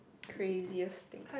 craziest thing